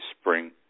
spring